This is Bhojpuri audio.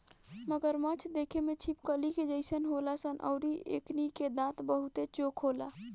मगरमच्छ देखे में छिपकली के जइसन होलन सन अउरी एकनी के दांत बहुते चोख होला